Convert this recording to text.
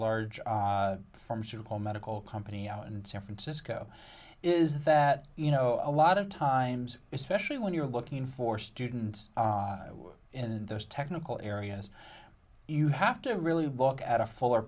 large pharmaceutical medical company out in san francisco is that you know a lot of times especially when you're looking for students in those technical areas you have to really book at a full